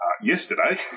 yesterday